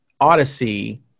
Odyssey